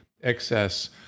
excess